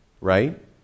right